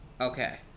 Okay